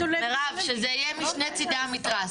שזה יהיה משני צידי המתרס,